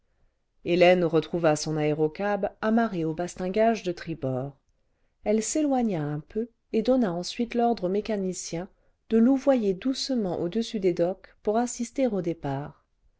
hélène retrouva son aérocab amarré aux bastingages de tribord elle s'éloigna un peu et donna ensuite l'ordre au mécanicien de louvoyer doucement au-dessus des docks pour assister au départ